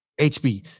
HB